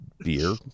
beer